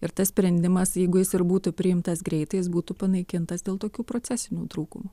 ir tas sprendimas jeigu jis ir būtų priimtas greitai jis būtų panaikintas dėl tokių procesinių trūkumų